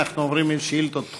אנחנו עוברים לשאילתות דחופות.